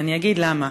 ואני אגיד למה.